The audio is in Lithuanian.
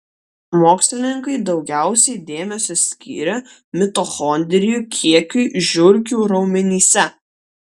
mokslininkai daugiausiai dėmesio skyrė mitochondrijų kiekiui žiurkių raumenyse